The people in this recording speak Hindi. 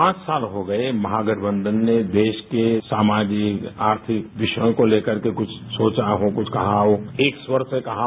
पांच साल हो गये महागठबंधन ने देश के सामाजिक आर्थिक विषयों को लेकर कुछ सोचा हो कुछ कहा हो एक स्वर से कहा हो